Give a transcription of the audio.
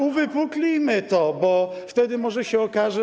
Uwypuklijmy to, bo wtedy może się okaże.